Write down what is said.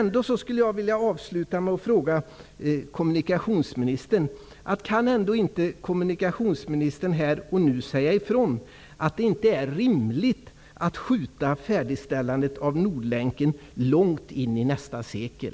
Ändå skulle jag vilja avsluta med att fråga kommunikationsministern: Kan inte kommunikationsministern här och nu säga ifrån att det inte är rimligt att skjuta färdigställandet av Nordlänken långt in i nästa sekel?